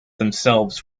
themselves